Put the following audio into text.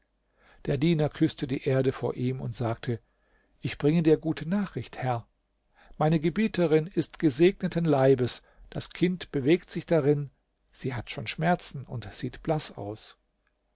der diener küßte die erde vor ihm und sagte ich bringe dir gute nachricht herr meine gebieterin ist gesegneten leibes das kind bewegt sich darin sie hat schon schmerzen und sieht blaß aus